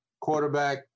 quarterback